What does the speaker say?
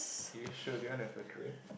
do you show do you wanna have a drink